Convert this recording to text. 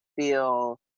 feel